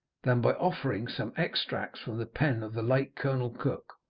than by offering some extracts from the pen of the late colonel cook,